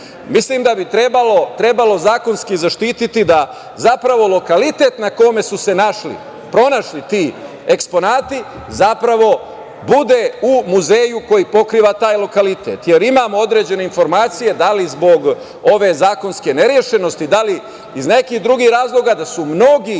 da bi trebalo zakonski zaštiti zapravo da lokalitet na kome su se pronašli ti eksponati, zapravo bude u muzeju koji pokriva taj lokalitet. Imam određene informacije da li zbog ove zakonske nerešenosti, da li iz nekih drugih razloga da su mnogi